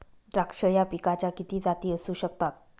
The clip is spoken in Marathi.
द्राक्ष या पिकाच्या किती जाती असू शकतात?